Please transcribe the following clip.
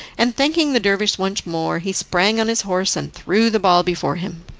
and thanking the dervish once more, he sprang on his horse and threw the ball before him.